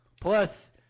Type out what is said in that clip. Plus